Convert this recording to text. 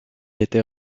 était